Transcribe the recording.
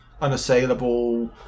unassailable